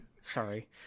sorry